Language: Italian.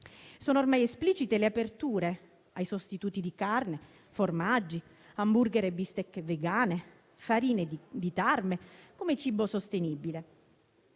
Sono ormai esplicite le aperture ai sostituti di carne e formaggi, hamburger e bistecche vegane, farine di tarme come cibo sostenibile.